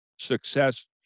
success